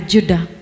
Judah